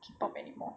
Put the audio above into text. K-pop anymore